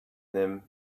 them